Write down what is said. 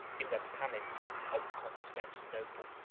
in the palace of constantinople.